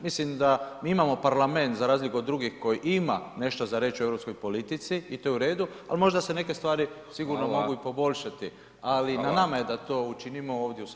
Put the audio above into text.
Mislim da mi imamo parlament za razliku od drugih koji ima nešto za reći o europskoj politici i to je u redu, ali možda se neke stvari [[Upadica: Hvala.]] sigurno mogu i poboljšati, ali [[Upadica: Kolega Stier, hvala.]] na nama je da to učinimo ovdje u Saboru.